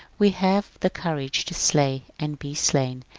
we have the courage to slay and be slain,